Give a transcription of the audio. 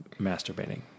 masturbating